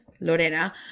Lorena